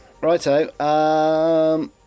Righto